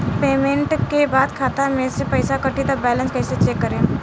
Payment के बाद खाता मे से पैसा कटी त बैलेंस कैसे चेक करेम?